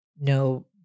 no